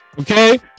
okay